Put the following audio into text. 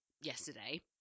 yesterday